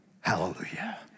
Hallelujah